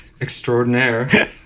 Extraordinaire